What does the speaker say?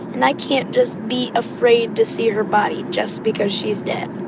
and i can't just be afraid to see her body just because she's dead.